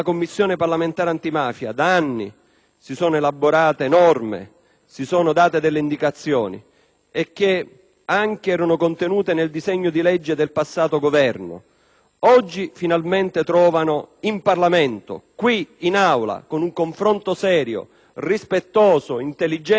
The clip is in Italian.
si sono elaborate norme, date delle indicazioni contenute anche nel disegno di legge del passato Governo. Oggi trovano finalmente in Parlamento, qui in Aula, con un confronto serio rispettoso ed intelligente, delle prime soluzioni.